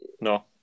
No